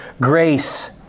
grace